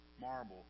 marble